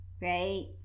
Right